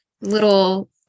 little